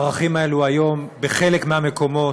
הערכים האלה היום, בחלק מהמקומות